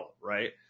right